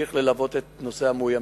נמשיך ללוות את נושא המאוימים.